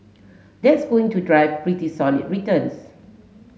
that's going to drive pretty solid returns